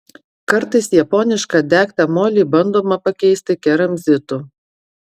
kartais japonišką degtą molį bandoma pakeisti keramzitu